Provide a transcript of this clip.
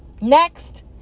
Next